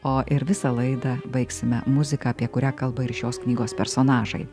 o ir visą laidą baigsime muzika apie kurią kalba ir šios knygos personažai